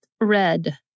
red